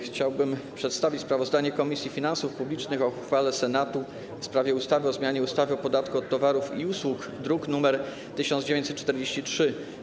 Chciałbym przedstawić sprawozdanie Komisji Finansów Publicznych o uchwale Senatu w sprawie ustawy o zmianie ustawy o podatku od towarów i usług, druk nr 1943.